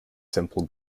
simple